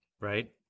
right